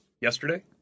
yesterday